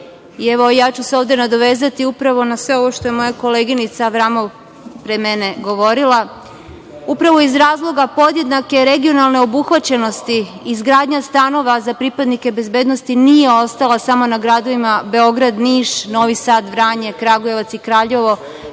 Srbije. Evo, ja ću se ovde nadovezati upravo na sve ovo što je moja koleginica Avramov pre mene govorila. Upravo iz razloga podjednake regionalne obuhvaćenosti, izgradnja stanova za pripadnike bezbednosti nije ostala samo na gradovima Beograd, Niš, Novi Sad, Vranje, Kragujevac i Kraljevo,